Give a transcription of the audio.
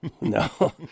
No